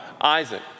Isaac